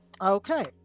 Okay